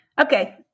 Okay